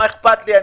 מה אכפת לי,